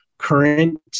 current